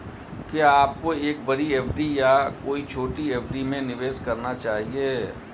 क्या आपको एक बड़ी एफ.डी या कई छोटी एफ.डी में निवेश करना चाहिए?